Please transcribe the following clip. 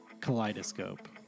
Kaleidoscope